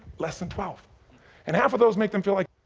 less than twelve and half of those make them feel like.